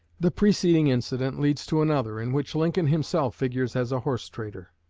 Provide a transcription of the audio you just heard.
the preceding incident leads to another, in which lincoln himself figures as a horse-trader.